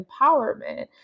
empowerment